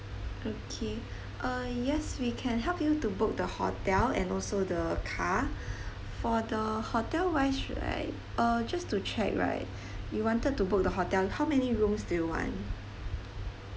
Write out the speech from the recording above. okay uh yes we can help you to book the hotel and also the car for the hotel wise should I uh just to check right you wanted to book the hotel how many rooms do you want?